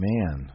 Man